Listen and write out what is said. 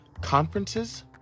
conferences